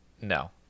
No